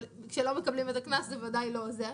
אבל כשלא מקבלים את הקנס זה ודאי לא עוזר.